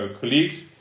colleagues